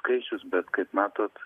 skaičius bet kaip matot